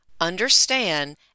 understand